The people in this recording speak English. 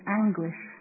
anguish